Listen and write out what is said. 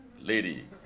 lady